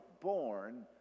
born